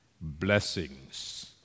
Blessings